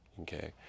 Okay